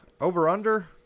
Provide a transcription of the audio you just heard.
over-under